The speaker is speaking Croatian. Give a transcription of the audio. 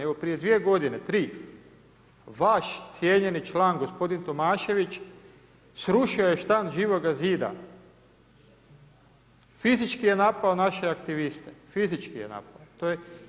Evo prije dvije godine, tri vaš cijenjeni član gospodin Tomašević srušio je štand Živoga zida, fizički je napao naše aktiviste, fizički je napao.